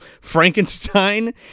Frankenstein